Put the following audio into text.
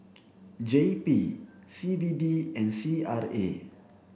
J P C B D and C R A